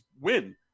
win